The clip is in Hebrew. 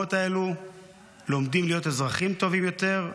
במקומות האלה לומדים להיות אזרחים טובים יותר,